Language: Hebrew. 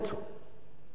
חבר הכנסת הרצוג,